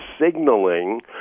signaling